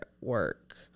work